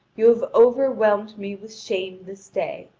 you have overwhelmed me with shame this day.